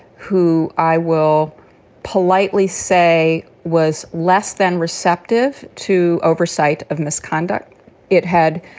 who i will politely say was less than receptive to oversight of misconduct it had.